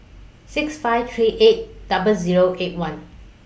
six five three eight double Zero eight one